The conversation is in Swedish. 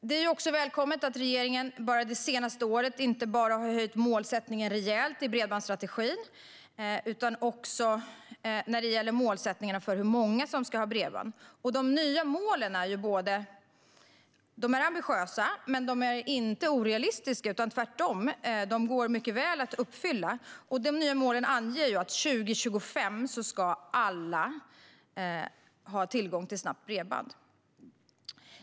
Det är också välkommet att regeringen det senaste året inte bara har höjt målsättningen rejält i bredbandsstrategin utan också när det gäller målsättningarna för hur många som ska ha bredband. De nya målen är ambitiösa, men de är inte orealistiska. Tvärtom går de mycket väl att uppfylla, och de nya målen anger ju att 2025 ska alla ha tillgång till snabbt bredband.